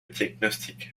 diagnostic